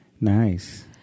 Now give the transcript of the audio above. Nice